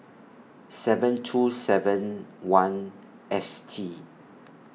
seven two seven one S T